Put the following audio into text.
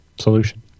solution